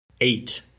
eight